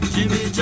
Jimmy